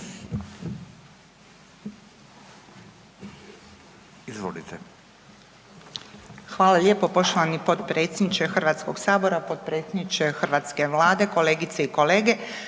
(HDZ)** Hvala lijepo. Poštovani potpredsjedniče Hrvatskog sabora, potpredsjedniče hrvatske Vlade, kolegice i kolege.